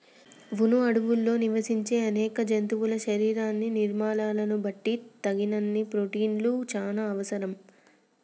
వును అడవుల్లో నివసించే అనేక జంతువుల శరీర నిర్మాణాలను బట్టి తగినన్ని ప్రోటిన్లు చానా అవసరం